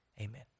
Amen